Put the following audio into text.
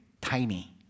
tiny